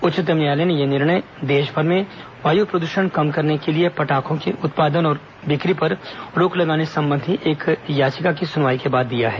उच्चतम न्यायालय ने यह निर्णय देशभर में वायु प्रदूषण कम करने के लिए पटाखों के उत्पादन और उनकी बिक्री पर रोक लगाने संबंधी एक याचिका पर सुनवाई के बाद दिया है